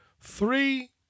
three